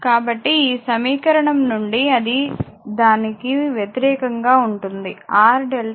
కాబట్టి ఈ సమీకరణం నుండి అది దానికి వ్యతిరేకంగా ఉంటుంది R డెల్టా 3 R స్టార్